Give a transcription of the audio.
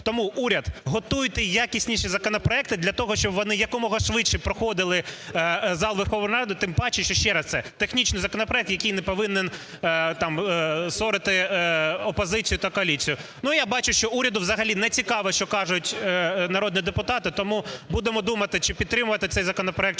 Тому, уряд, готуйте якісніші законопроекти для того, щоб вони якомога швидше проходили зал Верховної Ради, тим паче, що ще раз, це технічний законопроект, який не повинен там сорити опозицію та коаліцію. Я бачу, що уряду взагалі не цікав, що кажуть народні депутати, тому будемо думати, чи підтримувати цей законопроект,